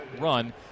run